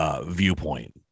viewpoint